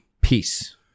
peace